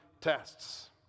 tests